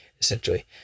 essentially